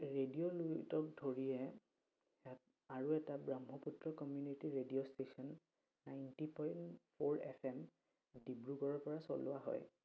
radio লুইটক ধৰিয়ে ইয়াত আৰু এটা Brahmaputra community radio station ninety point four F M ডিব্ৰুগড়ৰ পৰা চলোৱা হয়